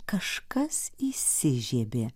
kažkas įsižiebė